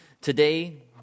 Today